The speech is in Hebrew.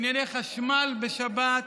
בענייני חשמל בשבת,